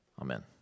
Amen